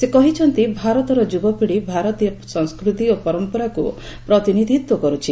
ସେ କହିଛନ୍ତି ଭାରତର ଯୁବପିଢି ଭାରତୀୟ ସଂସ୍କୃତି ଓ ପରମ୍ପରାକୁ ପ୍ରତିନିଧିତ୍ୱ କରୁଛି